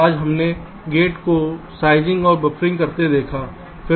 आज हमने गेट को साइज़िंग और बफरिंग करते देखा है